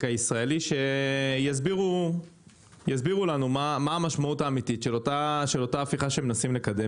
הישראלי שיסבירו לנו מה המשמעות האמיתית של אותה הפיכה שמנסים לקדם.